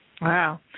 Wow